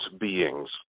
beings